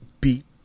beat